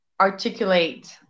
articulate